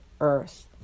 Earth